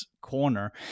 corner